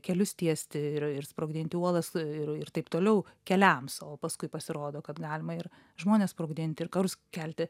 kelius tiesti ir ir sprogdinti uolas ir taip toliau keliams o paskui pasirodo kad galima ir žmones sprogdinti ir karus kelti